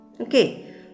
Okay